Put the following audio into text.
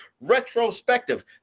retrospective